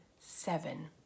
seven